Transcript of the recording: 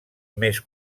més